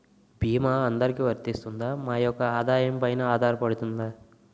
భీమా అందరికీ వరిస్తుందా? మా యెక్క ఆదాయం పెన ఆధారపడుతుందా?